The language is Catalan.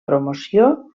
promoció